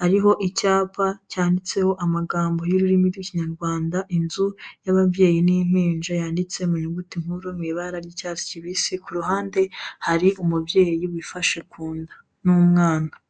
hariho icyapa cyanditseho amagambo y'ururimi rw'Ikinyarwanda inzu y'ababyeyi n'impinja yanditse mu nyuguti nkuru mu ibara ry'icyatsi kibisi, ku ruhande hari umubyeyi wifashe ku nda n'umwana.